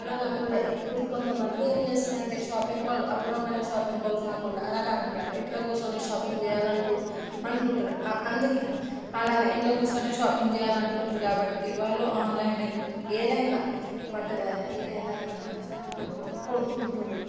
అలాకాకుండా ఇప్పుడు కొంతమంది ఏం చేస్తారంటే షాపింగ్ మాల్ అపూర్వమైన షాపింగ్ మాల్ కాకుండా అలా కాకుండా ఇంట్లో కూర్చోని షాపింగ్ చేయాలి అనుకుంటే అనుకుంటారు అందుకే అలానే ఇంట్లో కూర్చని షాపింగ్ చేయాలని అకుంటున్నారు కాబట్టి వాళ్ళు ఆన్లైన్యే ఏదైనా బట్టలు అయినా ఏదైనా ఇంట్లో కూర్చోని కొనుక్కుంటు కొనుక్కుంటుర్రు